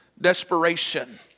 desperation